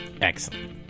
Excellent